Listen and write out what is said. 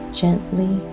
gently